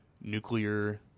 nuclear